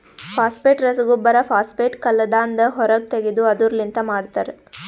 phosphate ರಸಗೊಬ್ಬರ phosphate ಕಲ್ಲದಾಂದ ಹೊರಗ್ ತೆಗೆದು ಅದುರ್ ಲಿಂತ ಮಾಡ್ತರ